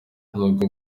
nubwo